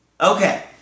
Okay